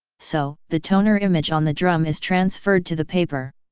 so the toner image on the drum is transferred to the paper.